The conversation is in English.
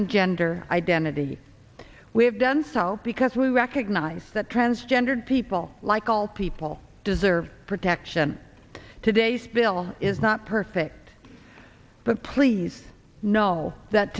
on gender identity we have done so because we recognize that transgendered people like all people deserve protection today's bill is not perfect but please know that